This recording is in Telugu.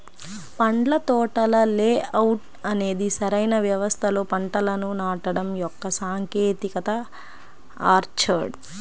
పండ్ల తోటల లేఅవుట్ అనేది సరైన వ్యవస్థలో పంటలను నాటడం యొక్క సాంకేతికత ఆర్చర్డ్